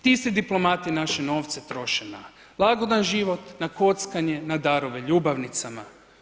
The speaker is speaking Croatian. Ti si diplomati naše novce troše na lagodan život, na kockanje, na darove ljubavnicama.